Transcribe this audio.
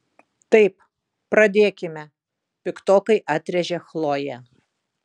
taip pradėkime piktokai atrėžė chlojė